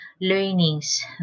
learnings